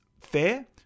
fair